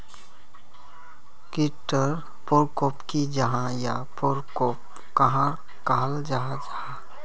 कीट टर परकोप की जाहा या परकोप कहाक कहाल जाहा जाहा?